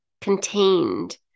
contained